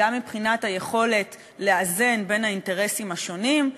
גם מבחינת היכולת לאזן בין האינטרסים השונים,